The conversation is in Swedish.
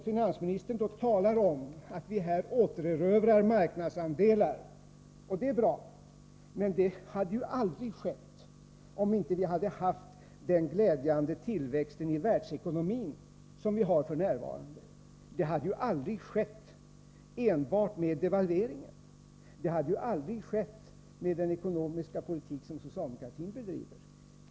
Finansministern talar om att vi återerövrar marknadsandelar. Och det är bra. Men det hade aldrig skett om vi inte hade haft den glädjande tillväxt i världsekonomin som vi f.n. har. Det hade aldrig skett med enbart devalveringen, det hade aldrig skett med den ekonomiska politik som socialdemokratin bedriver.